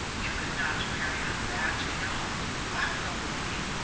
you could not marry on that, you know possibly.